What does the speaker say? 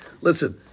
Listen